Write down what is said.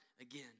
again